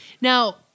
Now